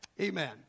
Amen